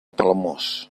palamós